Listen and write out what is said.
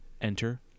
Enter